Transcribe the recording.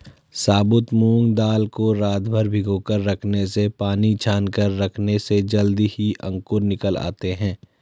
साबुत मूंग दाल को रातभर भिगोकर रखने से पानी छानकर रखने से जल्दी ही अंकुर निकल आते है